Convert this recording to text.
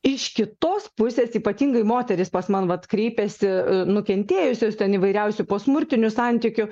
iš kitos pusės ypatingai moterys pas man vat kreipiasi nukentėjusios ten įvairiausių po smurtinių santykių